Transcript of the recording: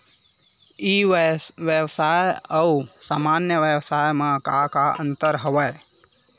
ई व्यवसाय आऊ सामान्य व्यवसाय म का का अंतर हवय?